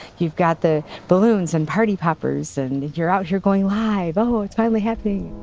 you've got the balloons and party poppers and you're out here going live, oh, it's finally happening.